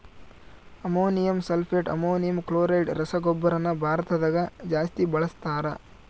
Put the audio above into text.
ammonium sulphate, ammonium chloride ರಸಗೊಬ್ಬರನ ಭಾರತದಗ ಜಾಸ್ತಿ ಬಳಸ್ತಾರ